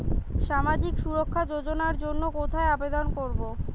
সামাজিক সুরক্ষা যোজনার জন্য কোথায় আবেদন করব?